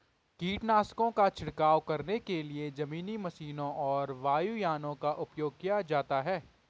कीटनाशकों का छिड़काव करने के लिए जमीनी मशीनों और वायुयानों का उपयोग किया जाता है